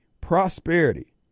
prosperity